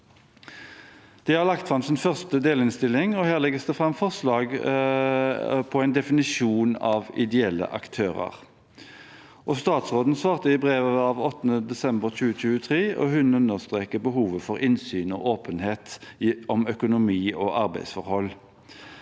De har nå lagt fram sin første delinnstilling. Her legges det fram forslag til en definisjon av ideelle aktører. Statsråden svarte i brev av 8. desember 2023, og hun understreker behovet for innsyn og åpenhet om økonomi og arbeidsforhold.